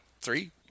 three